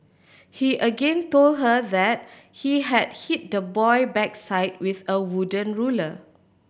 he again told her that he had hit the boy backside with a wooden ruler